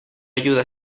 ayuda